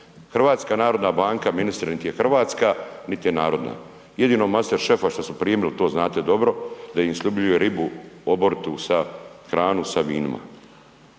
hrvatske građane. HNB ministre niti je hrvatska, niti je narodna, jedino master šefa šta su primili to znate dobro da im sljubljuje ribu oboritu sa, hranu sa vinima.